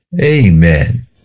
Amen